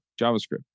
JavaScript